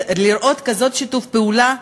לראות כזה שיתוף פעולה,